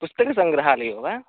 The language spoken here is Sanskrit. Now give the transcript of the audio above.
पुस्तकसङ्ग्रहालयो वा